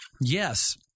Yes